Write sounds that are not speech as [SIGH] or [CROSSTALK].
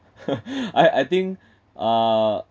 [LAUGHS] I I think uh